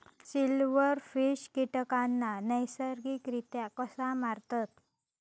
Silverfish कीटकांना नैसर्गिकरित्या कसा मारतत?